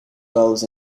roles